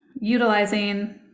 utilizing